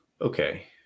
Okay